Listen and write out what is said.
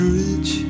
rich